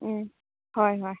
ꯎꯝ ꯍꯣꯏ ꯍꯣꯏ